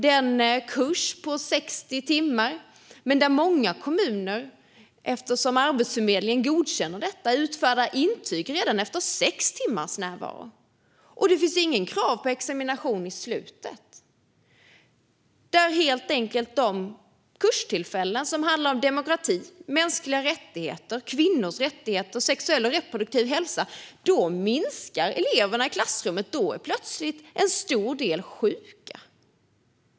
Det är en kurs på 60 timmar, men många kommuner utfärdar intyg redan efter 6 timmars närvaro eftersom Arbetsförmedlingen godkänner detta. Det finns heller inga krav på examination i slutet. Vid de kurstillfällen som handlar om demokrati, mänskliga rättigheter, kvinnors rättigheter och sexuell och reproduktiv hälsa minskar antalet elever i klassrummet - då är plötsligt en stor del sjuka.